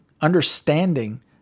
understanding